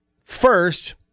First